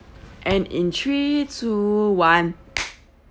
and in three two one